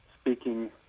speaking